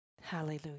Hallelujah